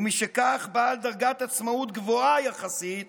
ומשכך בעל דרגת עצמאות גבוהה יחסית